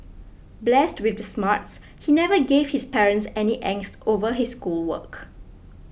blessed with the smarts he never gave his parents any angst over his schoolwork